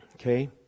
Okay